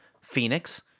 Phoenix